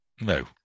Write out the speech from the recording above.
No